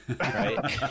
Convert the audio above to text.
right